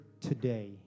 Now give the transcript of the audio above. today